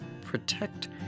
protect